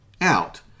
out